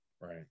Right